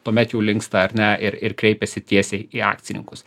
tuomet jau linksta ar ne ir ir kreipiasi tiesiai į akcininkus